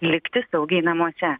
likti saugiai namuose